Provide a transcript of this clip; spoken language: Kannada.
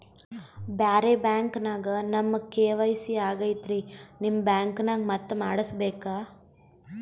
ಬ್ಯಾರೆ ಬ್ಯಾಂಕ ನ್ಯಾಗ ನಮ್ ಕೆ.ವೈ.ಸಿ ಆಗೈತ್ರಿ ನಿಮ್ ಬ್ಯಾಂಕನಾಗ ಮತ್ತ ಮಾಡಸ್ ಬೇಕ?